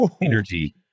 energy